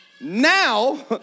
Now